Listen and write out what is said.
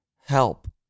help